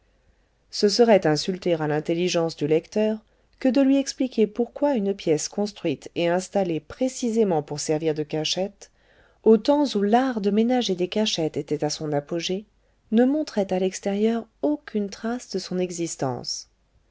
ce serait insulter à l'intelligence du lecteur que de lui expliquer pourquoi une pièce construite et installée précisément pour servir de cachette au temps où l'art de ménager des cachettes était à son apogée ne montrait à l'extérieur aucune trace de son existence